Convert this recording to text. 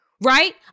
right